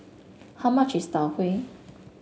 how much is Tau Huay